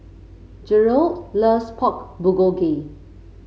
Jerold loves Pork Bulgogi